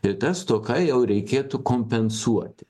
ir ta stoka jau reikėtų kompensuoti